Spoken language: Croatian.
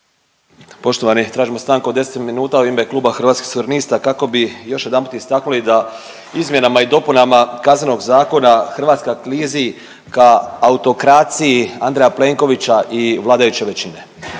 Poštovani tražimo stanku od 10 minuta u ime Kluba Hrvatskih suverenista kako bi još jedanput istaknuli da izmjenama i dopunama Kaznenog zakona Hrvatska klizi ka autokraciji Andreja Plenkovića i vladajuće većine.